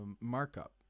markup